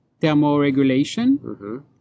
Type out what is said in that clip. thermoregulation